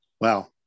Wow